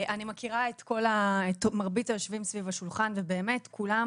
אני מכירה את מרבית היושבים סביב השולחן ובאמת כולם